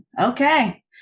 Okay